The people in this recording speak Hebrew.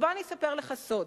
בוא אני אספר לך סוד.